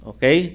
Okay